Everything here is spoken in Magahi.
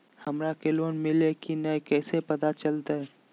हमरा के लोन मिल्ले की न कैसे पता चलते?